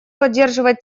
поддерживать